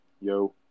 yo